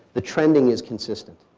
the trending is consistent.